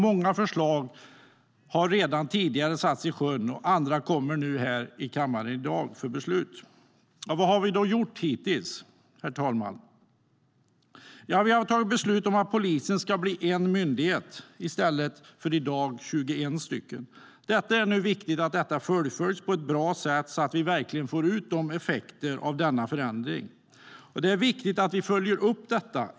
Många förslag har redan tidigare satts i sjön, och andra kommer upp här i dag för beslut. Vad har vi då gjort hittills? Vi har tagit beslut om att polisen ska bli en enda myndighet i stället för som i dag 21. Det är nu viktigt att detta fullföljs på ett bra sätt, så att vi verkligen får ut effekterna av denna förändring. Det är viktigt att vi följer upp.